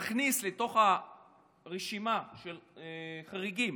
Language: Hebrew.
נכניס לתוך הרשימה של חריגים